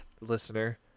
listener